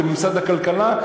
כמשרד הכלכלה,